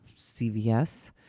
cvs